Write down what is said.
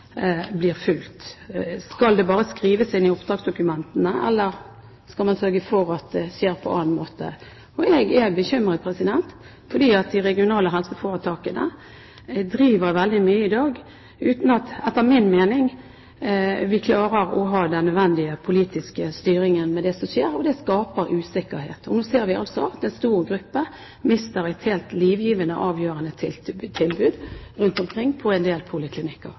blir fulgt? Skal det bare skrives inn i oppdragsdokumentene, eller skal man sørge for at det skjer på annen måte? Jeg er bekymret, fordi de regionale helseforetakene driver veldig mye i dag, uten at vi, etter min mening, klarer å ha den nødvendige politiske styringen med det som skjer, og det skaper usikkerhet. Nå ser vi altså at en stor gruppe mister et helt livgivende, avgjørende tilbud rundt omkring på en del poliklinikker.